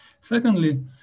Secondly